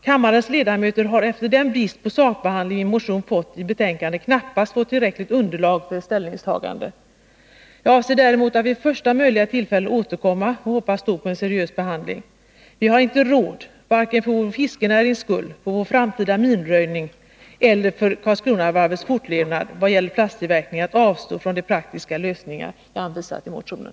Kammarens ledamöter har efter den bristande sakbehandling min motion fått i betänkandet knappast fått tillräckligt underlag för ett ställningstagande. Jag avser däremot att vid första möjliga tillfälle återkomma och hoppas då på en seriös behandling. Vi har inte råd, för vare sig vår fiskenärings skull, vår framtida minröjning eller Karlskronavarvets fortlevnad i vad gäller plasttillverkning, att avstå från de praktiska lösningar jag anvisat i motionen.